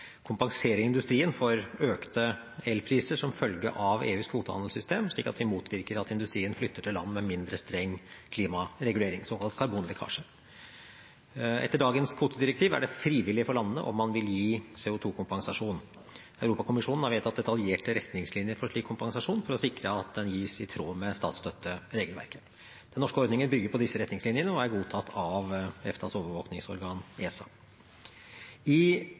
kompensere industrien for økte elpriser som følge av EUs kvotehandelssystem, og slik motvirke at industrien flytter til land med mindre streng klimaregulering, såkalt karbonlekkasje. Etter dagens kvotedirektiv er det frivillig for landene om man vil gi CO 2 -kompensasjon. Europakommisjonen har vedtatt detaljerte retningslinjer for slik kompensasjon for å sikre at den gis i tråd med statsstøtteregelverket. Den norske ordningen bygger på disse retningslinjene og er godtatt av EFTAs overvåkingsorgan, ESA. I